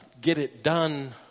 get-it-done